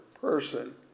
person